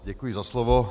Děkuji za slovo.